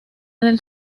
del